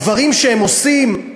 הדברים שהם עושים,